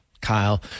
Kyle